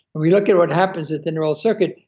we look at what happens at the neural circuit,